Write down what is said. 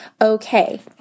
Okay